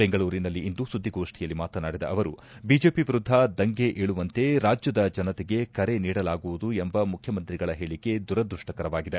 ಬೆಂಗಳೂರಿನಲ್ಲಿಂದು ಸುದ್ದಿಗೋಷ್ಠಿಯಲ್ಲಿ ಮತನಾಡಿದ ಅವರು ಬಿಜೆಪಿ ವಿರುದ್ಧ ದಂಗೆ ಎಳುವಂತೆ ರಾಜ್ಯದ ಜನತೆಗೆ ಕರೆ ನೀಡಲಾಗುವುದು ಎಂಬ ಮುಖ್ಯಮಂತ್ರಿಗಳ ಹೇಳಿಕೆ ದುರದ್ಯಪ್ಪಕರವಾಗಿದೆ